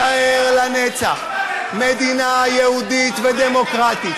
המדינה הזאת תישאר לנצח מדינה יהודית ודמוקרטית,